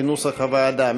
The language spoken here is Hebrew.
כנוסח הוועדה.